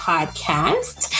Podcast